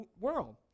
world